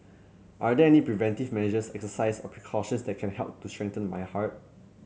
are there any preventive measures exercises or precautions that can help to strengthen my heart